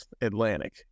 Atlantic